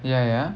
ya ya